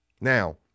Now